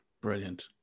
Brilliant